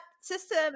system